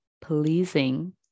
Pleasing